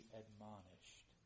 admonished